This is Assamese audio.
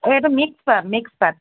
অঁ এইটো মিক্স পাট মিক্স পাট